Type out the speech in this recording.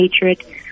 hatred